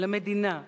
אל המדינה.